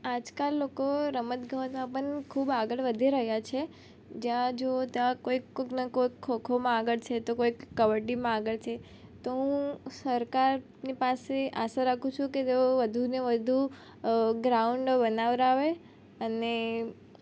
આજ કાલ લોકો રમતગમતમાં પણ લોકો ખૂબ આગળ વધી રહ્યા છે જ્યાં જોવો ત્યાં કોઈક કોઈકને કોઈક ખોખોમાં આગળ છે તો કોઈક કબડ્ડીમાં આગળ છે તો હું સરકારની પાસે આશા રાખું છું કે તેઓ વધુ ને વધુ ગ્રાઉન્ડ બનાવડાવે અને